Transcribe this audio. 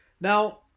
Now